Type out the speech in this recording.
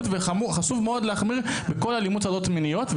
וחשוב מאוד להחמיר בכל אלימות מיניות.